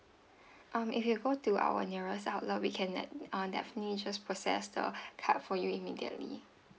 um if you go to our nearest outlet we can de~ uh definitely just process the card for you immediately